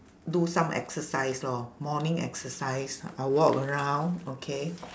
do some exercise lor morning exercise I walk around okay